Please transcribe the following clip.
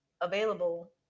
available